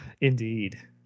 Indeed